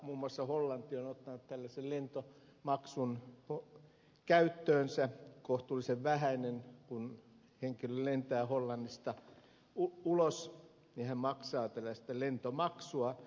muun muassa hollanti on ottanut käyttöönsä tällaisen lentomaksun joka on kohtuullisen vähäinen kun henkilö lentää hollannista ulos hän maksaa tällaista lentomaksua